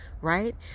right